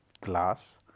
glass